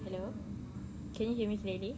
hello can you hear me clearly